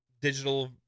digital